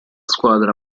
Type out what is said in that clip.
squadra